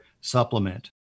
supplement